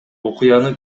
окуяны